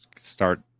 start